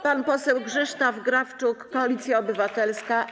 Pan poseł Krzysztof Grabczuk, Koalicja Obywatelska.